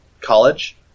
college